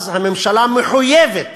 אז הממשלה מחויבת